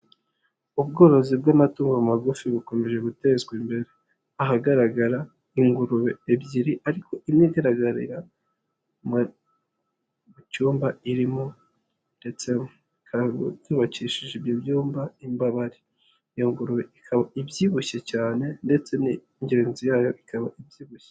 Ubworozi bw'amatungo magufi bukomeje gutezwa imbere, ahagaragara ingurube ebyiri ariko imwe igaragarira mu cyumba irimo ndetse ikaba yubakishije ibyumba n'imbabari, ibyibushye cyane ndetse n'ingenzi yayo ikaba ibyibushye.